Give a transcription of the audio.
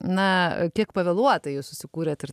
na kiek pavėluotai jūs susikūrėt ir